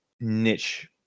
niche